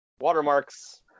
Watermarks